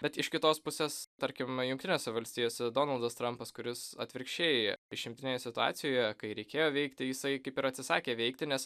bet iš kitos pusės tarkim jungtinėse valstijose donaldas trumpas kuris atvirkščiai išimtinėje situacijoje kai reikėjo veikti jisai kaip ir atsisakė veikti nes